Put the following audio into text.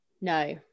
no